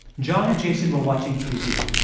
john and jason were watching tv.